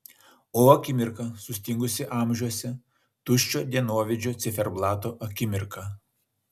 o akimirka sustingusi amžiuose tuščio dienovidžio ciferblato akimirka